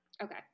Okay